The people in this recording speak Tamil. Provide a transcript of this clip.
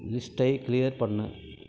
லிஸ்ட்டை கிளியர் பண்ணு